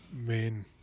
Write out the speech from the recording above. main